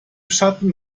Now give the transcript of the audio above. schatten